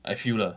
I feel lah